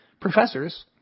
professors